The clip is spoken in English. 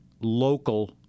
local